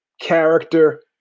character